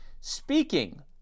speaking